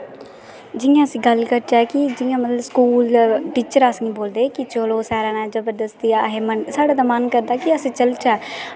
जियां अस गल्ल करचै की जियां मतलब स्कूल दे टीचर अस निं बोल्लदे की चलो साढ़े कन्नै जबरदस्तियै साढ़ा ते मन करदा की अस चलचै